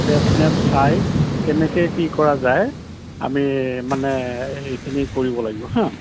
trace map চাই কেনেকৈ কি কৰা যায় আমি মানে এইখিনি কৰিব লাগিব হা